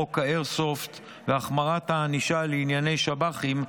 חוק האייר-סופט והחמרת הענישה על ענייני שב"חים,